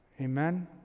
Amen